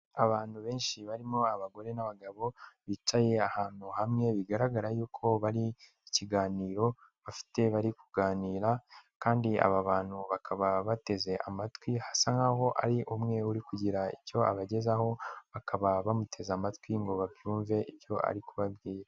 Abantu benshi barimo abagore n'abagabo bicaye ahantu hamwe bigaragara yuko bari ikiganiro bafite bari kuganira kandi aba bantu bakaba bateze amatwi hasa nkaho ari umwe uri kugira icyo abagezaho bakaba bamuteze amatwi ngo babyumve ibyo ari kubabwira.